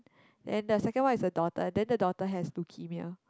then the second one is a daughter then the daughter has leukemia